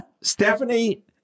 Stephanie